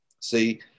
See